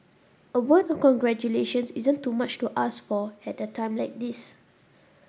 a word of congratulations isn't too much to ask for at a time like this